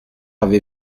avez